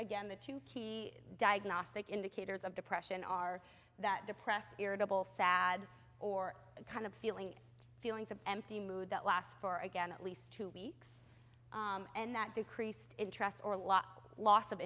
again the two key diagnostic indicators of depression are that depressed irritable sad or kind of feeling feelings of empty mood that last for again at least two weeks and that decreased interest or lot loss of